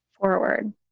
Forward